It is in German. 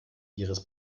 ihres